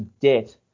debt